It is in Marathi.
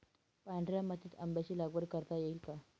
पांढऱ्या मातीत आंब्याची लागवड करता येईल का?